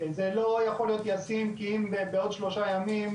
זה לא יכול להיות ישים כי אם בעוד שלושה ימים,